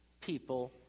people